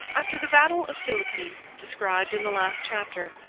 after the battle of philippi, described in the last chapter,